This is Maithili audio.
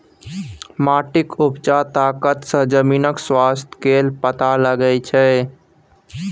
माटिक उपजा तागत सँ जमीनक स्वास्थ्य केर पता लगै छै